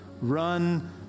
run